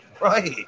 Right